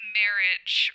marriage